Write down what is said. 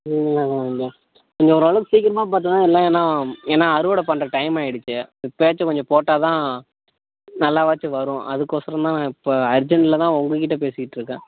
நீங்களே வந்து நீங்கள் ஓரளவுக்கு சீக்கிரமாக பார்த்தீன்னா இல்லைன்னால் ஏன்னால் அறுவடை பண்ணுற டைம் ஆகிடுச்சி இப்போயாச்சும் கொஞ்சம் போட்டால்தான் நல்லாவாச்சும் வரும் அதுகோசரம்தான் இப்போ அர்ஜெண்ட்டில்தான் உங்கள் கிட்டே பேசிக்கிட்டிருக்கேன்